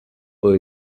but